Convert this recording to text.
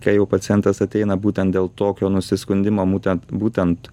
kai jau pacientas ateina būtent dėl tokio nusiskundimo būtent būtent